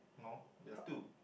no there're two